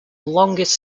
longest